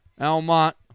Almont